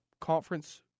conference